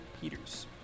Peters